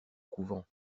couvent